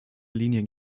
linie